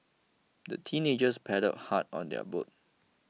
the teenagers paddled hard on their boat